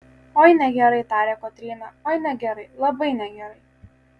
oi negerai tarė kotryna oi negerai labai negerai